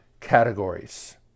categories